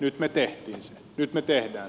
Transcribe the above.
nyt me teemme sen